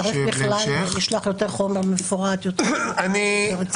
צריך בכלל לשלוח יותר חומר מפורט, יותר מאורגן.